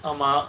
ஆமா:aama